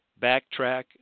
backtrack